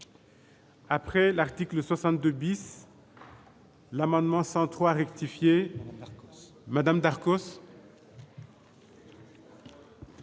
Après l'article 62 bis. L'amendement 103 rectifier madame Darcos.